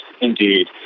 indeed